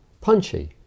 punchy